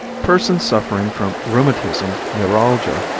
persons suffering from rheumatism, neuralgia,